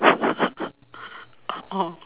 orh